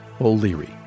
O'Leary